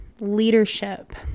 leadership